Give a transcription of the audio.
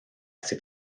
ses